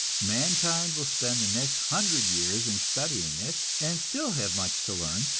mankind will spend the next hundred years in studying it, and still have much to learn,